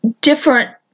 different